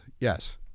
Yes